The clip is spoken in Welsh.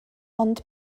ond